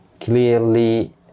clearly